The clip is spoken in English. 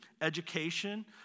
education